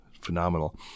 phenomenal